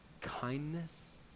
kindness